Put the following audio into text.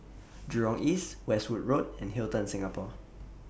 Jurong East Westwood Road and Hilton Singapore